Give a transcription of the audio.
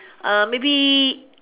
uh maybe